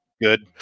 good